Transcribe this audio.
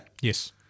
Yes